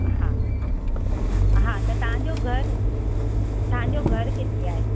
हा हा त तव्हांजो घर तव्हांजो घर किथे आहे